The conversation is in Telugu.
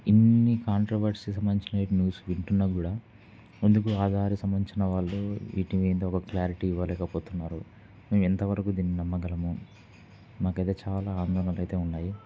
ఇన్ని కాంట్రోవర్సీస్ సంభందించిన న్యూస్ వింటున్నా కూడా ఎందుకు ఆధార సంబంధించిన వాళ్ళు వీటి మీద ఒక క్లారిటీ ఇవ్వలేకపోతున్నారు మేము ఎంతవరకు దిన్న నమ్మగలము మాకైతే చాలా ఆందోనళలు అయితే ఉన్నాయి